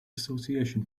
association